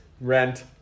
Rent